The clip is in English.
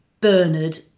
Bernard